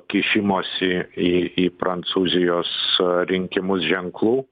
kišimosi į į prancūzijos rinkimus ženklų